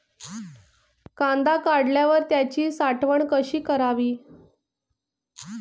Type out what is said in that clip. कांदा काढल्यावर त्याची साठवण कशी करावी?